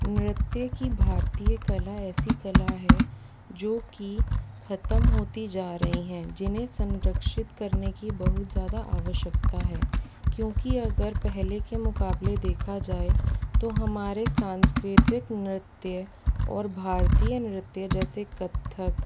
नृत्य की भारतीय कला ऐसी कला है जो की ख़त्म होती जा रही है जिन्हें संरक्षित करने की बहुत ज़्यादा आवश्यकता है क्योंकि अगर पहले के मुकाबले देखा जाए तो हमारे सांस्कृतिक नृत्य और भारतीय नृत्य जैसे कथक